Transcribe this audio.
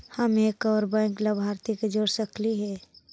हम एक और बैंक लाभार्थी के जोड़ सकली हे?